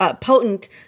potent